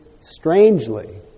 strangely